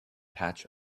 patch